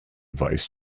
vice